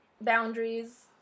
boundaries